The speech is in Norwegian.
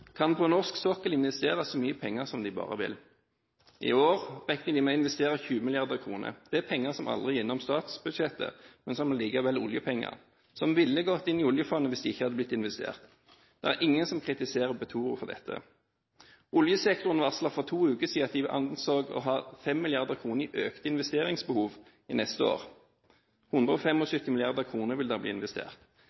kan på norsk sokkel investere så mye penger de bare vil. I år regner de med å investere 20 mrd. kr. Det er penger som aldri er innom statsbudsjettet, men som likevel er oljepenger, som ville gått inn i oljefondet hvis de ikke hadde blitt investert. Det er ingen som kritiserer Petoro for dette. Oljesektoren varslet for to uker siden at de kom til å ha 5 mrd. kr i økt investeringsbehov neste år.